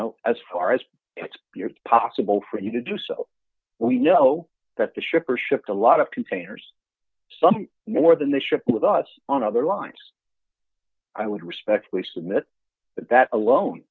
know as far as it's possible for you to do so we know that the shipper shipped a lot of containers some more than the ship with us on other lines i would respectfully submit that alone